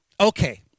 Okay